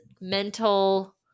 mental